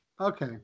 Okay